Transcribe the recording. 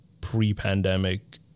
pre-pandemic